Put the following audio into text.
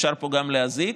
אפשר פה גם להזיק,